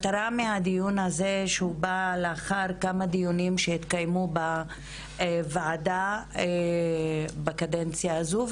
הדיון הזה בא לאחר כמה דיונים שהתקיימו בוועדה בקדנציה הזו,